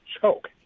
choke